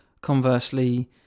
conversely